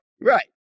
Right